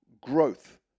growth